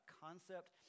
concept